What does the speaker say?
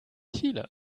chile